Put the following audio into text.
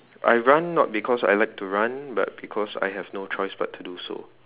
I run not because I like to run but because I have no choice but to do so